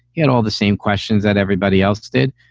yeah all the same questions that everybody else did.